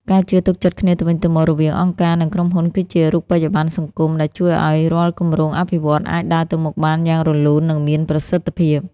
ការជឿទុកចិត្តគ្នាទៅវិញទៅមករវាងអង្គការ និងក្រុមហ៊ុន គឺជា "រូបិយប័ណ្ណសង្គម" ដែលជួយឱ្យរាល់គម្រោងអភិវឌ្ឍន៍អាចដើរទៅមុខបានយ៉ាងរលូន និងមានប្រសិទ្ធភាព។